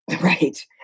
Right